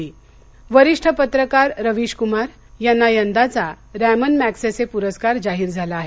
रवीश कमार वरीष्ठ पत्रकार रवीश कुमार यांना यंदाचा रॅमन मॅगसेसे पुरस्कार जाहीर झाला आहे